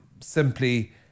simply